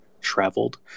traveled